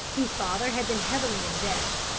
whose father had been heavily in debt,